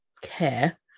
care